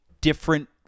different